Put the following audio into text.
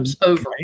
over